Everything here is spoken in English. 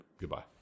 goodbye